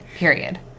Period